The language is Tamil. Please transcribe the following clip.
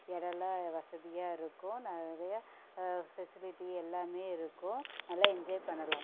இடமெல்லாம் வசதியாக இருக்கும் நிறையா ஃபெசிலிட்டி எல்லாம் இருக்கும் நல்லா என்ஜாய் பண்ணலாம்